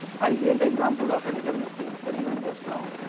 i give the example of a deterministic experiment just now.